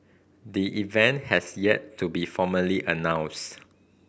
the event has yet to be formally announced